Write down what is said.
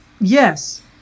yes